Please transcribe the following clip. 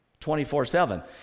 24-7